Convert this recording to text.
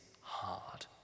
hard